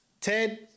Ted